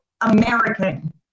American